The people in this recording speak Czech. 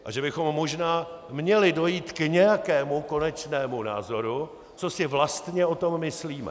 A že bychom možná měli dojít k nějakému konečnému názoru, co si vlastně o tom myslíme.